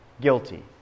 guilty